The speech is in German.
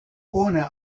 ohne